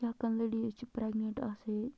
یا کانٛہہ لڈیٖز چھِ پرٮ۪گنِٹ آسے